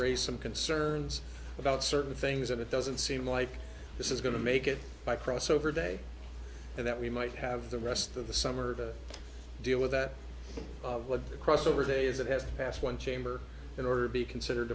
raise some concerns about certain things and it doesn't seem like this is going to make it by crossover day and that we might have the rest of the summer to deal with that crossover days that have passed one chamber in order to be considered